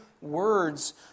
words